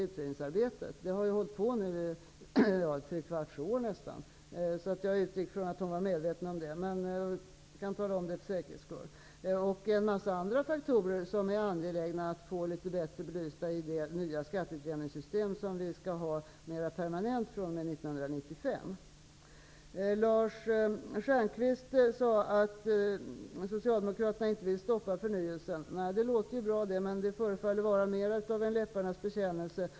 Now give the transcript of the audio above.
Utredningen har nu hållit på i nästan tre kvarts år, så jag utgick ifrån att Sylvia Lindgren var medveten om det, men jag kan tala om det för säkerhets skull. Storstadsperspektivet är en av många faktorer som det är angeläget att få litet bättre belysta i det nya skatteutjämningssystem som vi skall ha mera permanent fr.o.m. 1995. Lars Stjernkvist sade att Socialdemokraterna inte vill stoppa förnyelsen. Det låter ju bra, men det förefaller vara mera en läpparnas bekännelse.